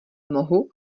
mohu